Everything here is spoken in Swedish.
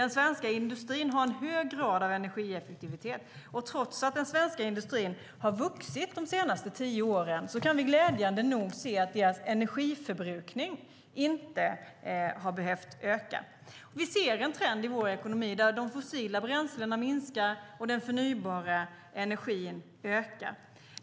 Den svenska industrin har en hög grad av energieffektivitet, och trots att den svenska industrin har vuxit de senaste tio åren kan vi glädjande nog se att industrins energiförbrukning inte har behövt öka. Vi ser en trend i vår ekonomi där de fossila bränslena minskar och den förnybara energin ökar.